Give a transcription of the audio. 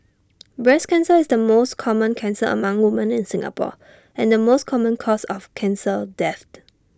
breast cancer is the most common cancer among woman in Singapore and the most common cause of cancer death